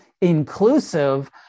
inclusive